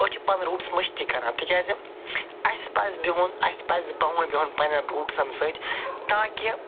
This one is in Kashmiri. أسۍ چھِ پنٕنۍ روٗٹٕس مٔشتٕے کَران تِکیٛازِ اَسہِ پَزِ بِہُن اَسہِ پَزِ پنٛنٮ۪ن بوٗٹسن سۭتۍ تاکہِ